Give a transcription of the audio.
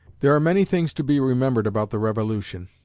there are many things to be remembered about the revolution.